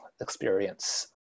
experience